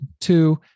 Two